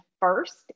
first